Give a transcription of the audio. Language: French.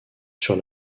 sur